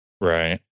right